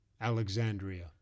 Alexandria